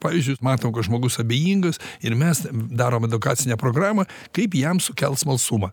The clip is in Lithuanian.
pavyzdžiui jūs matot kad žmogus abejingas ir mes darom edukacinę programą kaip jam sukelt smalsumą